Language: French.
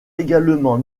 également